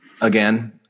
again